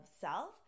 self